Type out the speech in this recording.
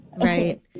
Right